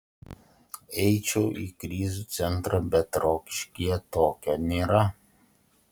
eičiau į krizių centrą bet rokiškyje tokio nėra